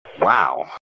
wow